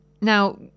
Now